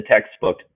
textbook